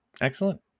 Excellent